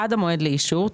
עד המועד לאישור,